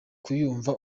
kuyumva